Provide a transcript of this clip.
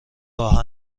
راه